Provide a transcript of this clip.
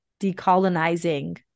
decolonizing